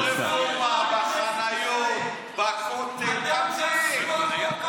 מחולל השנאה מס' אחת בכנסת ישראל.